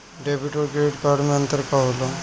Debit और credit card मे अंतर का होला?